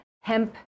hemp